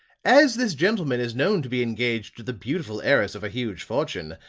as this gentleman is known to be engaged to the beautiful heiress of a huge fortune,